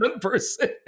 person